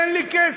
אין לי כסף.